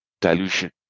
dilution